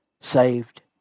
saved